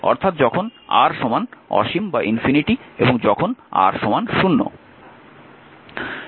অর্থাৎ যখন R অসীম এবং যখন R 0